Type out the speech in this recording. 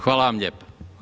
Hvala vam lijepo.